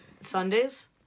Sundays